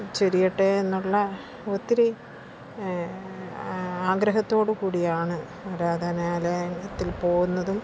ചൊരിയട്ടെ എന്നുള്ള ഒത്തിരി ആഗ്രഹത്തോടുകൂടിയാണ് ആരാധനാലയത്തിൽ പോകുന്നതും